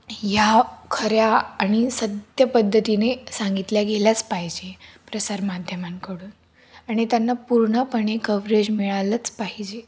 ह्या खऱ्या आणि सत्य पद्धतीने सांगितल्या गेल्याच पाहिजे प्रसारमाध्यमांकडून आणि त्यांना पूर्णपणे कव्हरेज मिळालंच पाहिजे